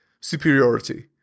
superiority